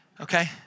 Okay